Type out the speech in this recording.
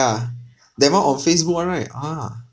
that one on facebook [one] right ah